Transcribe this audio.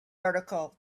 article